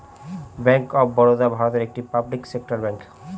bank of Baroda ভারতের একটি public sector bank